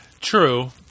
True